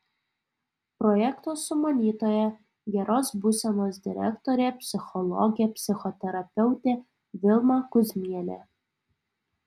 projekto sumanytoja geros būsenos direktorė psichologė psichoterapeutė vilma kuzmienė